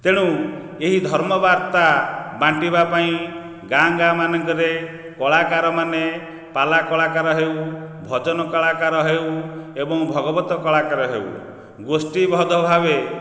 ତେଣୁ ଏହି ଧର୍ମ ବାର୍ତ୍ତା ବାଣ୍ଟିବା ପାଇଁ ଗାଁ ଗାଁ ମାନଙ୍କରେ କଳାକାରମାନେ ପାଲା କଳାକାର ହେଉ ଭଜନ କଳାକାର ହେଉ ଏବଂ ଭଗବତ କଳାକାର ହେଉ ଗୋଷ୍ଠିବଦ୍ଧ ଭାବେ